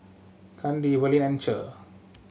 Kandi Verlin and Cher